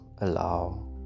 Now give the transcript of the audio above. allow